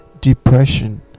depression